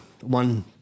one